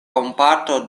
kompato